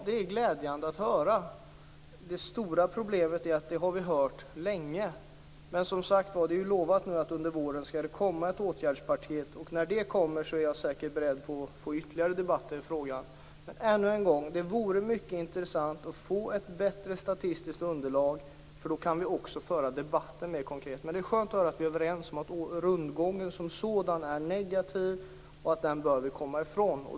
Det är glädjande att höra. Det stora problemet är att vi har hört det länge. Men det har som sagt var lovats att det under våren skall komma ett åtgärdspaket. När det kommer är jag beredd på ytterligare debatter i frågan. Ännu en gång, det vore mycket intressant att få ett bättre statistiskt underlag, för då kan vi också föra debatten mer konkret. Men det är skönt att höra att vi är överens om att rundgången som sådan är negativ och att vi bör komma ifrån den.